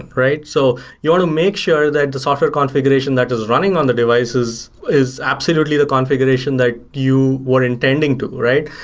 right? so you want to make sure that the software configuration that is running on the devices is absolutely the configuration that you were intending to, right?